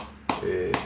okay